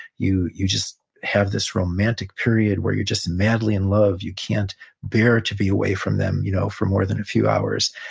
you you just have this romantic period, where you're just madly in love. you can't bear to be away from them, you know, for more than a few hours.